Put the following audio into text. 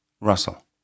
Russell